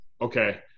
okay